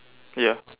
yeah